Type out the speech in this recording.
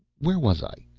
where was i?